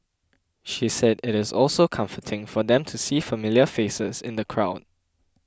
she said it is also comforting for them to see familiar faces in the crowd